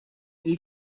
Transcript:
ilk